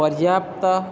पर्याप्तम्